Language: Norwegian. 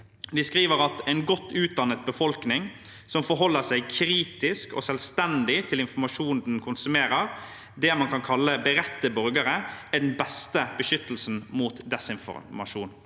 De skriver: «En godt utdannet befolkning som forholder seg kritisk og selvstendig til informasjonen den konsumerer, det man kan kalle beredte borgere, er den beste beskyttelsen mot desinformasjon.»